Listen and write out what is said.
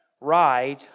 right